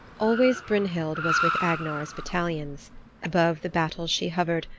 always brynhild was with agnar's battalions above the battles she hovered,